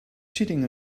cheating